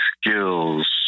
skills